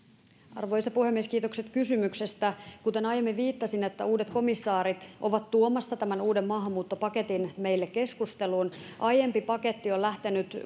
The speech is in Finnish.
arvoisa puhemies kiitokset kysymyksestä kuten aiemmin viittasin uudet komissaarit ovat tuomassa tämän uuden maahanmuuttopaketin meille keskusteluun aiempi paketti on lähtenyt